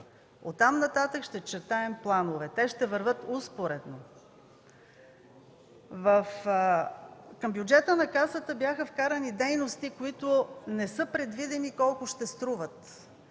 От там нататък ще чертаем планове, те ще вървят успоредно. Към бюджета на Касата бяха вкарани дейности, които не са предвидени колко ще струват.